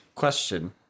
question